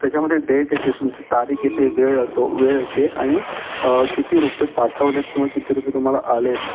त्याच्यामध्ये डेट येते तुमची तारीख येते वेळ येतो वेळ येते आणि किती रुपये पाठवलेत किंवा किती रुपये तुम्हाला आलेत